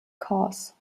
cause